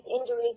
injuries